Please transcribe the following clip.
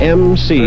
mc